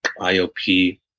IOP